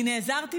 אני נעזרתי